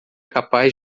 capaz